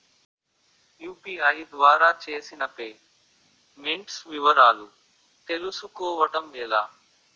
UPI ద్వారా చేసిన payments వివరాలు తెలుసుకోవటం ఎలా?